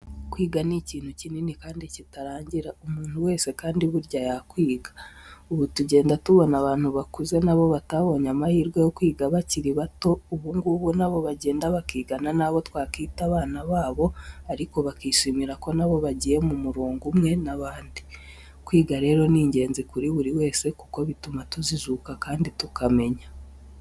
Kwiga ni ikintu kinini kandi kitarangira, umuntu wese kandi burya yakwiga. Ubu tugenda tubona abantu bakuze na bo batabonye amahirwe yo kwiga bakiri bato, ubu ngubu na bo bagenda bakigana n'abo twakwita abana babo ariko bakishimira ko na bo bagiye mu murongo umwe n'abandi, kwiga rero ni ingenzi kuri buri wese kuko bituma tujijuka kandi tukamenya.